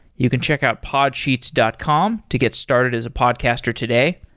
you can check out podsheets dot com to get started as a podcaster today.